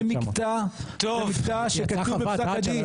זה מקטע שכתוב בפסק הדין.